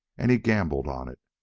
and he gambled on it,